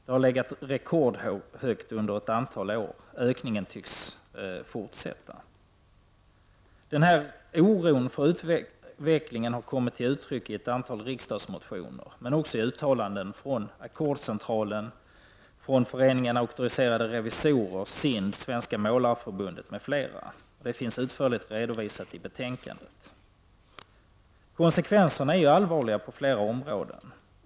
Det har legat rekordhögt under ett antal år, och ökningen tycks fortsätta. Denna oro över utvecklingen har kommit till uttryck i ett antal riksdagsmotioner, men också i uttalanden från Ackordscentralen, Föreningen Auktoriserade revisorer, SIND, Svenska målareförbundet m.fl. Detta finns utförligt redovisat i betänkandet. Konsekvenserna är allvarliga på flera områden.